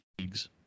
leagues